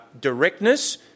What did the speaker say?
directness